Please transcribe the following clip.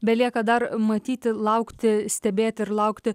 belieka dar matyti laukti stebėti ir laukti